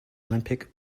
olympic